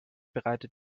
bereitet